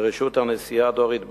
בראשות הנשיאה דורית בייניש,